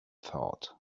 thought